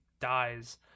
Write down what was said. dies